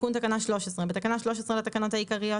תיקון תקנה 132. בתקנה 13 לתקנות העיקריות,